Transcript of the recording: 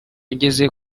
ugeze